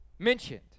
Mentioned